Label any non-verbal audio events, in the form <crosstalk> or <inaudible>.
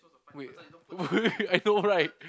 wait <laughs> I know right